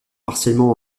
partiellement